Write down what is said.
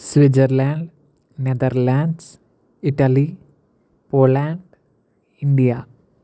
Switzerland Netherlands Italy Poland India